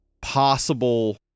possible